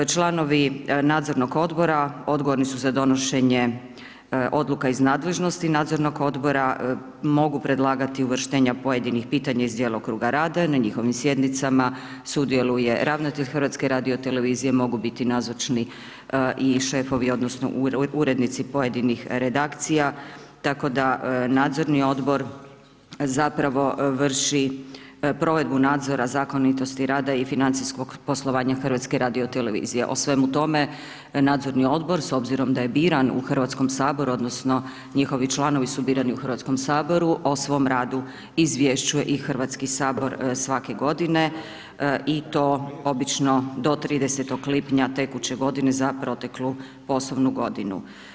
Članovi nadzornog odbora, odgovorni su za donošenje odluka iz nadležnosti nadzornog odbora, mogu predlagati uvrštenje pojedinih pitanja iz djelokruga rada, na njihovim sjednicama, sudjeluje ravnatelj HRT-a, mogu biti nazočni i šefovi, odnosno, urednici pojedinih reakcija, tako da nadzorni odbor zapravo vrši provedbu nadzora zakonitosti rada i financijskog poslovanja HRT-a o svemu tome nadzorni odbor s obzirom da je biran u HS-u, odnosno njihovi članovi su biranu u HS-u, o svom radu izvješćuje i HS svake godine i to obično do 30. lipnja tekuće godine za proteklu poslovnu godinu.